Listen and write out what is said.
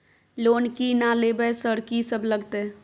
Loan की ना लेबय सर कि सब लगतै?